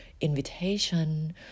invitation